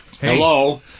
Hello